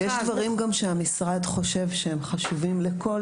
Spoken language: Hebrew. אבל יש דברים גם שהמשרד חושב שהם חשובים לכל